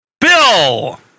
Bill